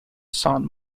son